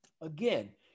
Again